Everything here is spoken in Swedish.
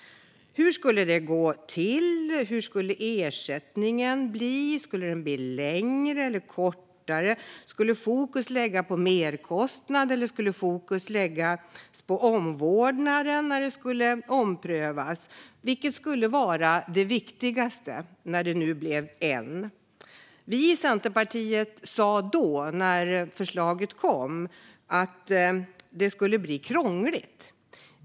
Hur skulle det gå till? Hur skulle ersättningen bli? Skulle den gälla en längre eller en kortare tid? Skulle fokus läggas på merkostnaden eller skulle den läggas på omvårdnaden när besluten skulle omprövas? Vilket skulle vara det viktigaste när det nu blev ett enda system? Vi i Centerpartiet sa då, när förslaget kom, att det skulle bli krångligt.